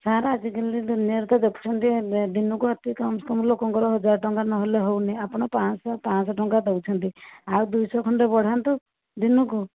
sir ଆଜିକାଲି ଦୁନିଆଁରେ ତ ଦେଖୁଛନ୍ତି ଦିନକୁ ଅତି କମ୍ ସେ କମ୍ ଲୋକଙ୍କର ହଜାରେ ଟଙ୍କା ନହେଲେ ହେଉନି ଆପଣ ପାଞ୍ଚଶହ ପାଞ୍ଚଶହ ଟଙ୍କା ଦେଉଛନ୍ତି ଆଉ ଦୁଇଶହ ଖଣ୍ଡେ ବଢ଼ାନ୍ତୁ ଦିନକୁ